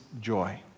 joy